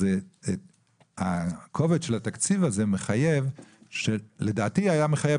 אז הכובד של התקציב הזה לדעתי היה מחייב